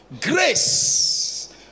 grace